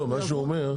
מה שהוא אומר,